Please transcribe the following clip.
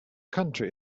country